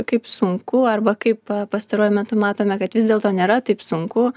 kaip sunku arba kaip pastaruoju metu matome kad vis dėlto nėra taip sunku